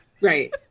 Right